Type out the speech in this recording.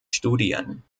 studien